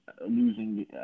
losing